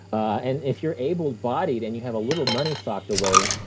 and if you're able-bodied, and you have a little money socked away,